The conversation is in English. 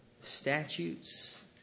statutes